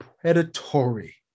predatory